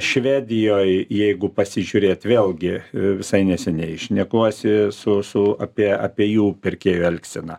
švedijoj jeigu pasižiūrėt vėlgi visai neseniai šnekuosi su su apie apie jų pirkėjų elgseną